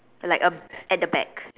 like a at the back